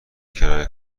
کرایه